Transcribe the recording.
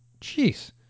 Jeez